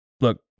look